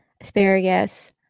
asparagus